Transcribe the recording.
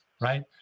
right